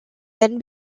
then